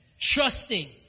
trusting